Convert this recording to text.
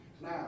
Now